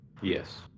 Yes